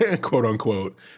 quote-unquote